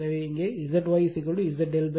எனவே இங்கே Zy Z ∆ 3